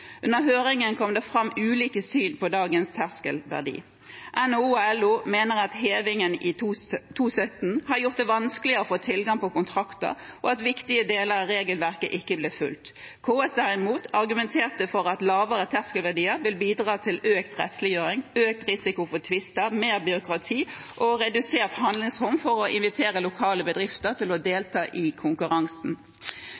Under høringen kom det fram ulike syn på dagens terskelverdi. NHO og LO mener at hevingen i 2017 har gjort det vanskeligere å få tilgang på kontrakter, og at viktige deler av regelverket ikke blir fulgt. KS, derimot, argumenterte for at lavere terskelverdier vil bidra til økt rettsliggjøring, økt risiko for tvister, mer byråkrati og redusert handlingsrom for å invitere lokale bedrifter til å